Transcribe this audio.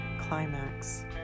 Climax